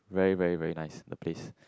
very very very nice the place